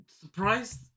surprised